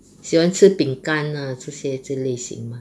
喜欢吃饼干 ah 这些这类行 mah